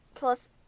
plus